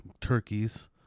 turkeys